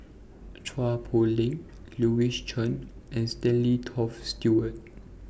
Chua Poh Leng Louis Chen and Stanley Toft Stewart